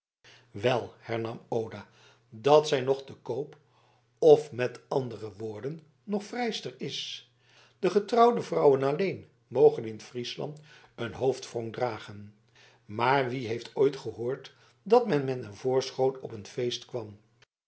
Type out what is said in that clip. wel hernam oda dat zij nog te koop of met andere woorden nog vrijster is de getrouwde vrouwen alleen mogen in friesland een hoofdwrong dragen maar wie heeft ooit gehoord dat men met een voorschoot op een feest kwam